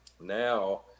now